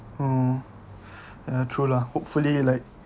oh ya true lah hopefully like